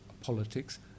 politics